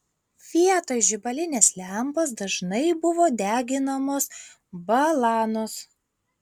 vietoj žibalinės lempos dažnai buvo deginamos balanos